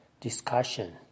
discussion